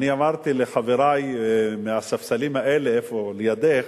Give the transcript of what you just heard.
אני אמרתי לחברי מהספסלים האלה לידך,